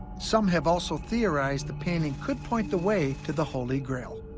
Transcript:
some have also theorized the painting could point the way to the holy grail.